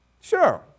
Sure